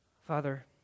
Father